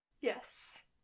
Yes